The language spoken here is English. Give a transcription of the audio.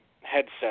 headset